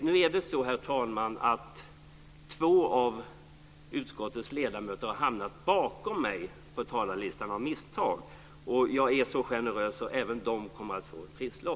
Nu är det så, herr talman, att två av utskottets ledamöter av misstag har hamnat bakom mig på talarlistan, och jag är så generös att jag kommer att ge även dem en trisslott.